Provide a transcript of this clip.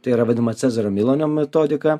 tai yra vadinama cezario milonio metodika